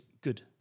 good